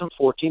2014